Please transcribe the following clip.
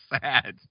sad